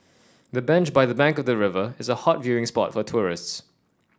the bench by the bank of the river is a hot viewing spot for tourists